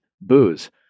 booze